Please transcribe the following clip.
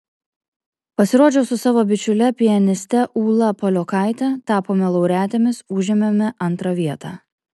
pasirodžiau su savo bičiule pianiste ūla paliokaite tapome laureatėmis užėmėme antrą vietą